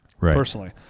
personally